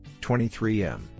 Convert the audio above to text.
23M